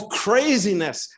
craziness